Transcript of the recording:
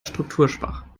strukturschwach